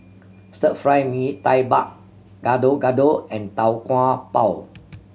Stir Fried Mee Tai Mak Gado Gado and Tau Kwa Pau